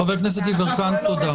חבר הכנסת יברקן, תודה.